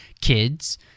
kids